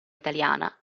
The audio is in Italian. italiana